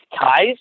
Ties